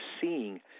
seeing